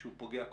שהוא פוגע,